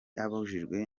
abajijwe